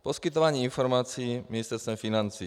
Poskytování informací Ministerstvem financí.